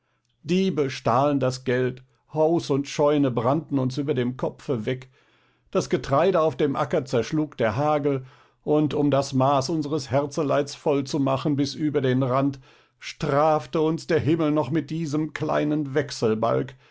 diebe stahlen das geld haus und scheune brannten uns über dem kopfe weg das getreide auf dem acker zerschlug der hagel und um das maß unseres herzeleids vollzumachen bis über den rand strafte uns der himmel noch mit diesem kleinen wechselbalg